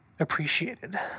Appreciated